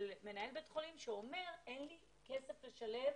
מנהל בית חולים שאומר: אין לי כסף לשלם.